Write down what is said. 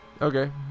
okay